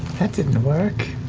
that didn't work.